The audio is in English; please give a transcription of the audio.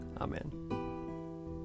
Amen